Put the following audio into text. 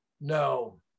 No